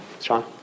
Sean